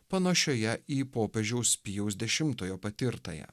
panašioje į popiežiaus pijaus dešimtojo patirtąją